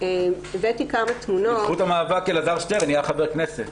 בזכות המאבק אלעזר שטרן נהיה חבר כנסת.